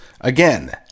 again